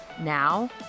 Now